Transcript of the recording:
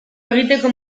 egiteko